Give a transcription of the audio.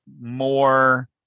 more